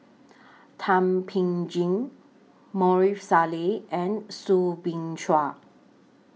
Thum Ping Tjin Maarof Salleh and Soo Bin Chua